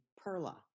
Perla